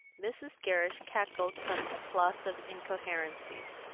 mrs. gerrish cackled some applausive incoherencies.